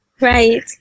Right